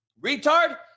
Retard